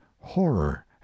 horror